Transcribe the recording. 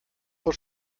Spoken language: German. vor